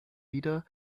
wieder